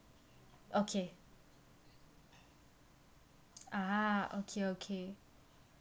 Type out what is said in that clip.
okay ah okay okay